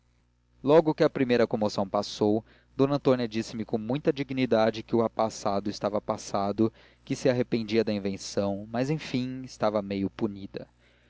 logo que a primeira comoção passou d antônia disse-me com muita dignidade que o passado estava passado que se arrependia da invenção mas enfim estava meia punida